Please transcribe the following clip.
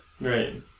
Right